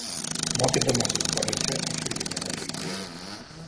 mokydamasis koledže aš irgi nemažai gėriau